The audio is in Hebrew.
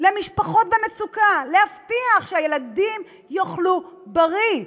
למשפחות במצוקה, להבטיח שהילדים יאכלו בריא.